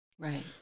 Right